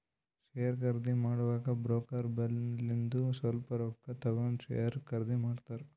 share ಖರ್ದಿ ಮಾಡಾಗ broker ಬಲ್ಲಿಂದು ಸ್ವಲ್ಪ ರೊಕ್ಕಾ ತಗೊಂಡ್ ಶೇರ್ ಖರ್ದಿ ಮಾಡ್ತಾರ್